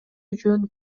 үчүн